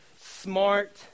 smart